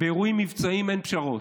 באירועים מבצעיים אין פשרות.